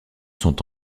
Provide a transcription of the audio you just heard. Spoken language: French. sont